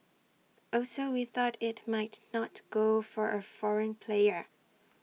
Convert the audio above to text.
also we thought IT might not go for A foreign player